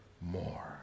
more